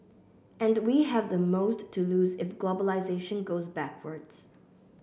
and we have the most to lose if globalisation goes backwards